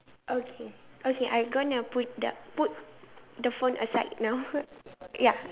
okay okay I'm gonna put the put the phone aside now ya